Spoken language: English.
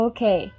Okay